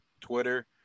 Twitter